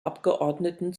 abgeordneten